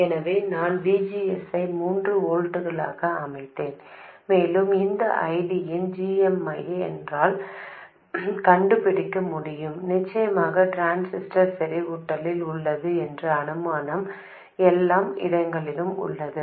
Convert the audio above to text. எனவே நான் V G S ஐ மூன்று வோல்ட்களாக அமைத்தேன் மேலும் இந்த I D இன் g m ஐ என்னால் கண்டுபிடிக்க முடியும் நிச்சயமாக டிரான்சிஸ்டர் செறிவூட்டலில் உள்ளது என்ற அனுமானம் எல்லா இடங்களிலும் உள்ளது